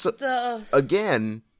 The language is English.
again